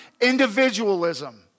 individualism